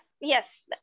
Yes